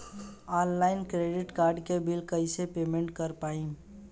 Online credit card के bill कइसे payment कर पाएम?